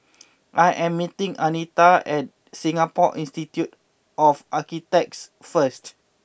I am meeting Anita at Singapore Institute of Architects first